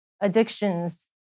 addictions